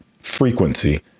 frequency